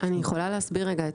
אני יכולה להסביר רגע?